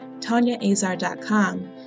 tanyaazar.com